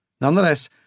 Nonetheless